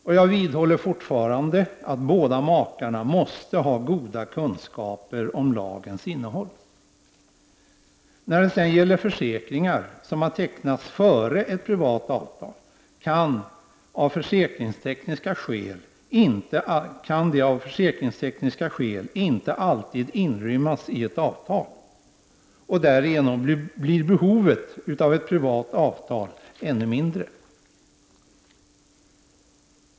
Och jag vidhåller fortfarande att båda makarna måste ha goda kunskaper om lagens innehåll. Försäkringar som har tecknats före ett privat avtal kan av försäkringstekniska skäl inte alltid inrymmas i ett avtal, och därigenom blir behovet av ett privat avtal ännu mindre.